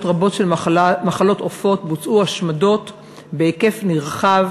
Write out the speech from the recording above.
רבות של מחלות עופות בוצעו השמדות בהיקף נרחב